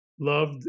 loved